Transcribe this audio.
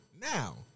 Now